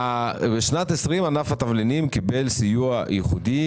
בשנת 20' ענף התבלינים קיבל סיוע ייחודי,